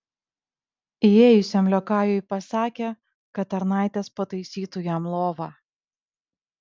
įėjusiam liokajui pasakė kad tarnaitės pataisytų jam lovą